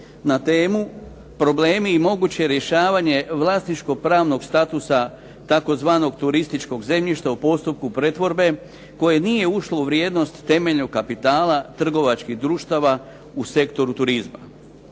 na temu "Problemi i moguće rješavanje vlasničko-pravnog statusa tzv. turističkog zemljišta u postupku pretvorbe koje nije ušlo u temelj kapitala trgovačkih društava u sektoru turizma".